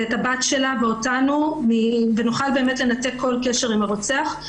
את בתה ואותנו, ונוכל לנתק כל קשר עם הרוצח,